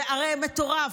זה הרי מטורף.